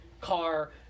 car